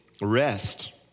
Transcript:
rest